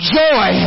joy